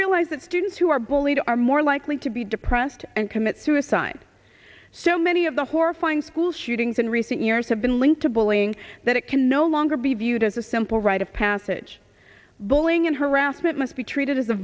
realize that students who are bullied are more likely to be depressed and commit suicide so many of the horrifying school shootings in recent years have been linked to bullying that it can no longer be viewed as a simple rite of passage bullying and harassment must be treated as a